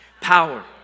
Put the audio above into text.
Power